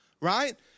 right